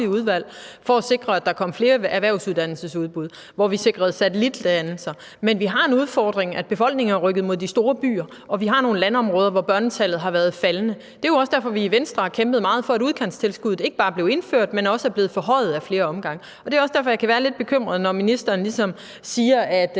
udvalg for at sikre, at der kom flere erhvervsuddannelsesudbud, og hvor vi sikrede satellitdannelser. Men vi har en udfordring i, at befolkningen er rykket mod de store byer og vi har nogle landområder, hvor børnetallet har været faldende. Det er jo også derfor, vi i Venstre har kæmpet meget for, at udkantstilskuddet ikke bare er blevet indført, men også er blevet forhøjet ad flere omgange. Det er også derfor, jeg kan være lidt bekymret, når ministeren om hele